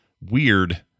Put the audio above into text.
weird